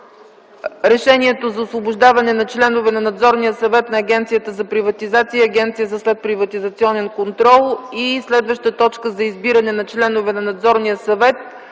Решението за освобождаване на членове на Надзорния съвет на Агенцията за приватизация и Агенцията за следприватизационен контрол и следваща точка – избиране на членове на Надзорния съвет